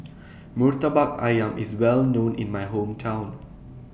Murtabak Ayam IS Well known in My Hometown